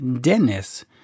Dennis